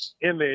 image